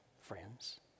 friends